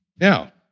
Now